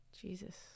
Jesus